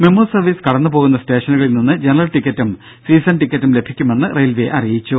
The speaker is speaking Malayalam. മെമു സർവീസ് കടന്നുപോകുന്ന സ്റ്റേഷനുകളിൽ നിന്ന് ജനറൽ ടിക്കറ്റും സീസൺ ടിക്കറ്റും ലഭിക്കുമെന്ന് റെയിൽവെ അറിയിച്ചു